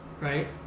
right